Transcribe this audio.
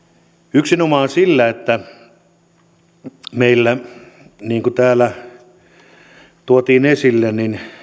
yksinomaan siksi että meillä niin kuin täällä tuotiin esille